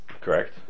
Correct